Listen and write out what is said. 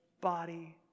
body